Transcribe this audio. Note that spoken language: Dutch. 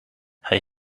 hij